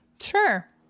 sure